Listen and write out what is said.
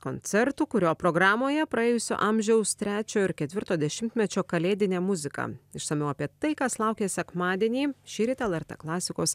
koncertu kurio programoje praėjusio amžiaus trečio ir ketvirto dešimtmečio kalėdinė muzika išsamiau apie tai kas laukia sekmadienį šįryt lrt klasikos